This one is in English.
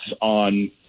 on